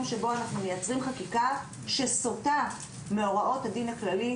שבו אנחנו מייצרים חקיקה שסוטה מהוראות הדין הכללי,